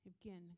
Again